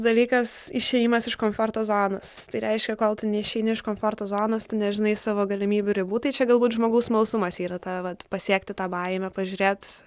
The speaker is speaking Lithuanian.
dalykas išėjimas iš komforto zonos tai reiškia kol tu neišeini iš komforto zonos nežinai savo galimybių ribų tai čia galbūt žmogaus smalsumas yra ta vat pasiekti tą baimę pažiūrėti